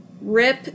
Rip